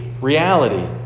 reality